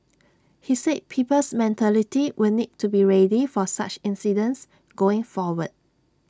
he said people's mentality will need to be ready for such incidents going forward